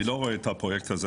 אני לא רואה את הפרויקט הזה,